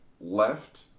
left